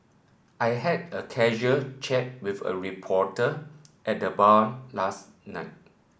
I had a casual chat with a reporter at the bar last night